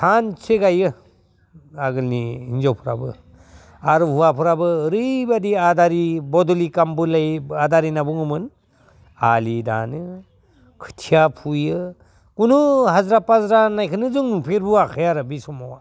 सानसे गायो आगोलनि हिनजावफ्राबो आरो हौवाफ्राबो ओरैबादि आदारि आदारि बदलि ओंखामबो होलायो आदारि होनना बुङोमोन आलि दानो खोथिया फुयो खुनु आज्रा फाज्रा होननायखौनो जों नुफेरबोआखै आरो बि समाव